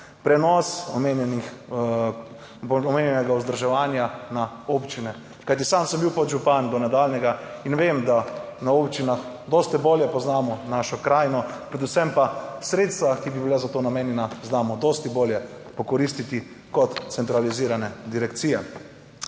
omenjenih omenjenega vzdrževanja na občine, kajti sam sem bil podžupan do nadaljnjega in vem, da na občinah dosti bolje poznamo našo krajino, predvsem pa sredstva, ki bi bila za to namenjena, znamo dosti bolje pokoristiti kot centralizirane direkcije.